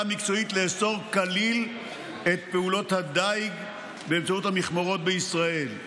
מקצועית לאסור כליל את פעולות הדיג באמצעות המכמורות בישראל.